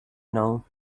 know